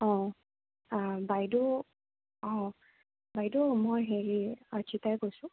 অ' বাইদ' অ' বাইদ' মই হেৰি অৰ্চিতাই কৈছোঁ